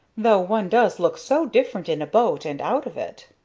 though one does look so different in a boat and out of it.